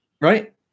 right